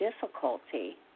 difficulty